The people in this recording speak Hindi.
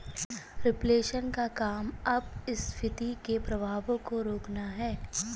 रिफ्लेशन का काम अपस्फीति के प्रभावों को रोकना है